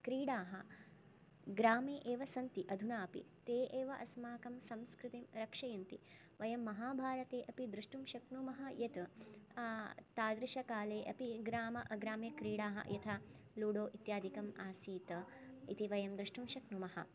क्रीडाः ग्रामे एव सन्ति अधुना अपि ते एव अस्माकं संस्कृतिं रक्षयन्ति वयं महाभारते अपि द्रष्टुं शक्नुमः यत् तादृश काले अपि ग्रामे क्रीडाः यथा लूडो इत्यादिकम् आसीत् इति वयं द्रष्टुं शक्नुमः